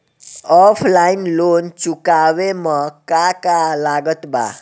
Offline loan चुकावे म का का लागत बा?